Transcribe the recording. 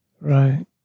Right